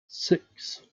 six